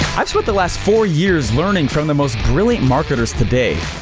i've spent the last four years learning from the most brilliant marketers today.